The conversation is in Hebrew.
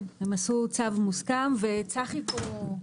כן הם עשו צו מוסכם, וצחי פה.